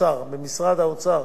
ואני לא רוצה להגיד שום דבר מעבר.